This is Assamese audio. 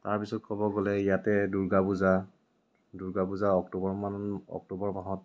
তাৰপিছত ক'ব গ'লে ইয়াতে দুৰ্গা পূজা দুৰ্গা পূজা অক্টোবৰমান অক্টোবৰ মাহত